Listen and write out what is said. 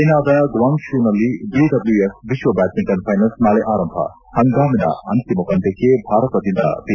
ಚೈನಾದ ಗ್ವಾಂಗ್ ಶೂನಲ್ಲಿ ಬಿಡಬ್ಲ್ಕೂಎಫ್ ವಿಶ್ವ ಬ್ವಾಡ್ನಿಂಟನ್ ಫೈನಲ್ಲ್ ನಾಳೆ ಆರಂಭ ಹಂಗಾಮಿನ ಅಂತಿಮ ಪಂದ್ಯಕ್ಷೆ ಭಾರತದಿಂದ ಪಿ